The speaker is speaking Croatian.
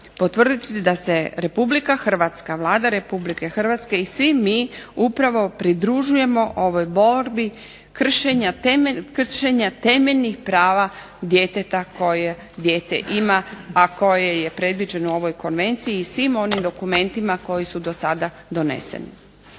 potvrditi da se RH, Vlada Republike Hrvatske i svi mi upravo pridružujemo ovoj borbi kršenja temeljnih prava djeteta koje dijete ima, a koje je predviđeno u ovoj konvenciji i svim onim dokumentima koji su dosada doneseni.